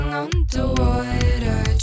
underwater